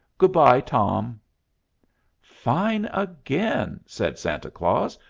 good-by, tom fine again! said santa claus,